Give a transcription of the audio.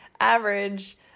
average